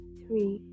three